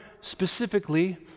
specifically